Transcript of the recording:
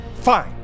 Fine